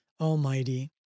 Almighty